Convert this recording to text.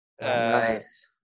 Nice